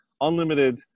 unlimited